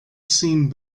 seen